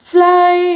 Fly